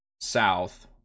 south